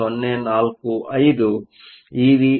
045 EV ಆಗಿದೆ